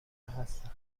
هستند